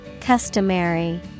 Customary